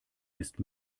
ist